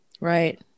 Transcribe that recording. Right